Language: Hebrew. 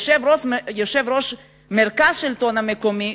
יושב-ראש מרכז השלטון המקומי,